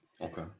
Okay